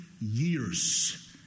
years